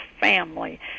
family